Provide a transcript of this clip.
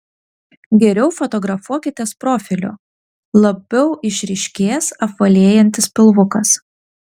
geriau fotografuokitės profiliu labiau išryškės apvalėjantis pilvukas